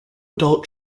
adult